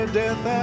death